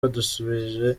badusubije